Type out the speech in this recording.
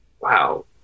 wow